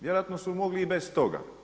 Vjerojatno su mogli i bez toga?